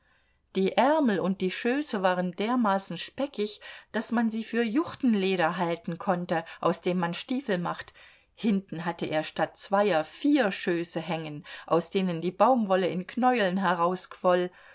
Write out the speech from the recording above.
die ärmel und die schöße waren dermaßen speckig daß man sie für juchtenleder halten konnte aus dem man stiefel macht hinten hatte er statt zweier vier schöße hängen aus denen die baumwolle in knäueln